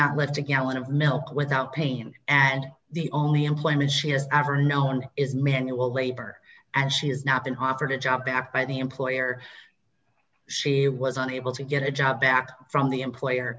lift a gallon of milk without paying and the only employment she has ever known is manual labor and she has not been offered a job after the employer she was unable to get a job back from the employer